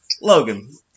Logan